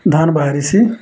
ଧାନ ବାହାରିସି